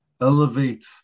elevate